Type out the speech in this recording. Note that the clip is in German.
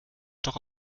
doch